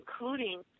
including